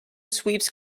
sweeps